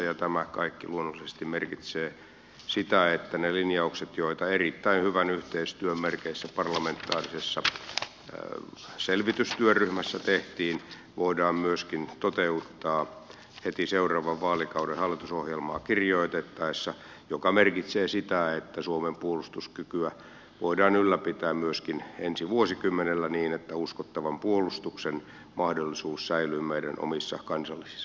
ja tämä kaikki luonnollisesti merkitsee sitä että ne linjaukset joita erittäin hyvän yhteistyön merkeissä parlamentaarisessa selvitystyöryhmässä tehtiin voidaan myöskin toteuttaa heti seuraavan vaalikauden hallitusohjelmaa kirjoitettaessa mikä merkitsee sitä että suomen puolustuskykyä voidaan ylläpitää myöskin ensi vuosikymmenellä niin että uskottavan puolustuksen mahdollisuus säilyy meidän omissa kansallisissa käsissämme